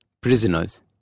Prisoners